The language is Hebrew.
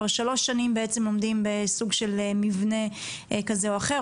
הם כבר שלוש שנים בעצם עומדים בסוג של "מבנה" כזה או אחר.